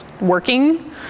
working